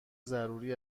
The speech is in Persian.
ضروری